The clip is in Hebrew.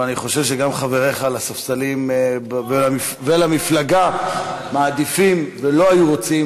אבל אני חושב שגם חבריך לספסלים ולמפלגה מעדיפים ולא היו רוצים